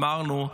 אמרנו,